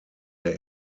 der